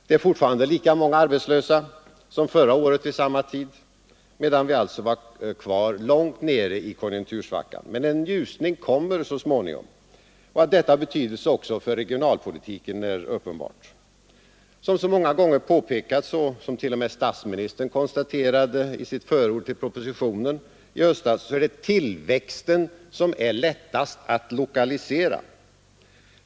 Det är fortfarande lika många arbetslösa som förra året vid samma tid, medan vi alltså var kvar långt nere i konjunktursvackan. Men en ljusning kommer så småningom. Att detta har betydelse också för regionalpolitiken är uppenbart. Som så många gånger påpekats och som t.o.m. statsministern konstaterade i sitt förord till propositionen i höstas så är det tillväxten som är lättast att lokalisera.